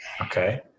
Okay